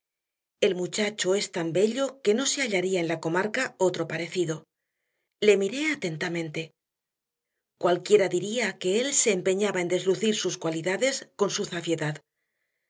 el muchacho es tan bello que no se hallaría en la comarca otro parecido le miré atentamente cualquiera diría que él se empeñaba en deslucir sus cualidades con su zafiedad